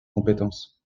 compétence